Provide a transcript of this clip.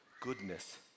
goodness